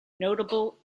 notable